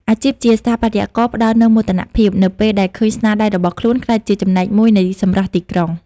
អាជីពជាស្ថាបត្យករផ្តល់នូវមោទនភាព នៅពេលដែលឃើញស្នាដៃរបស់ខ្លួនក្លាយជាចំណែកមួយនៃសម្រស់ទីក្រុង។